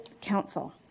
council